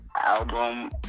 album